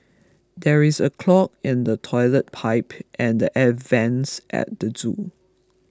there is a clog in the Toilet Pipe and the Air Vents at the zoo